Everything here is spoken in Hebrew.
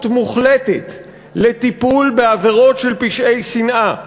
מוחלטת לטיפול בעבירות של פשעי שנאה,